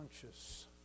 conscious